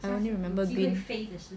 I only remember green failures